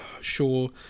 sure